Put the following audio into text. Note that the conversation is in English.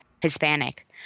hispanic